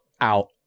out